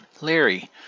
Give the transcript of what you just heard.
Larry